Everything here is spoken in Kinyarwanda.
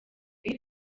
iyo